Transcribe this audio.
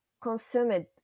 consumed